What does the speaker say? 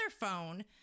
phone